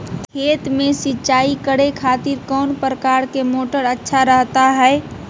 खेत में सिंचाई करे खातिर कौन प्रकार के मोटर अच्छा रहता हय?